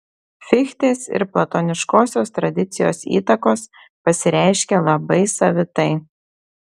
fichtės ir platoniškosios tradicijos įtakos pasireiškė labai savitai